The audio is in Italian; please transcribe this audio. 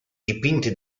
dipinti